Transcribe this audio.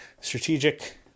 strategic